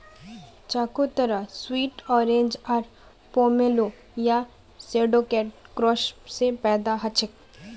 चकोतरा sweet orange आर pomelo या शैडॉकेर क्रॉस स पैदा हलछेक